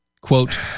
Quote